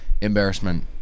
embarrassment